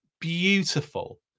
beautiful